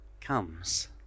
comes